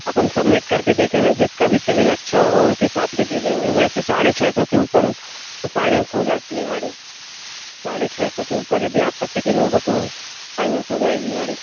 अपन submit करके देखेंगे जिसका भी सिविल अच्छा होगा उनके हिसाब से दे देंगे वैसे साढ़े छ सौ के ऊपर फ़ाइनैन्स हो जाती है गाड़ी साढ़े छ सौ के ऊपर यदि आपका सिविल होगा तो फ़ाइनेन्स हो जाएगी गाड़ी